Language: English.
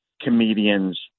comedians